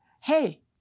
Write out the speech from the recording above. Hey